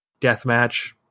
deathmatch